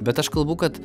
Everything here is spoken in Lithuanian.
bet aš kalbu kad